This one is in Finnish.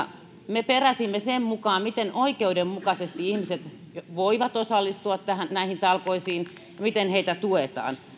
me peräsimme sitä miten oikeudenmukaisesti ihmiset voivat osallistua näihin talkoisiin ja miten heitä tuetaan